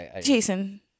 Jason